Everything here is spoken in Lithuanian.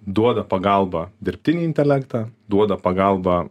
duoda pagalbą dirbtinį intelektą duoda pagalbą